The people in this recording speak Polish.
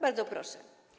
Bardzo proszę.